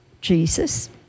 Jesus